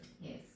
Yes